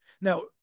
Now